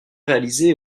réalisé